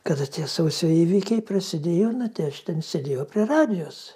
kada tie sausio įvykiai prasidėjo nu tai aš ten sėdėjau prie radijos